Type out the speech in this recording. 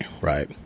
right